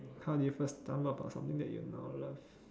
how do you first stumble upon something that you now love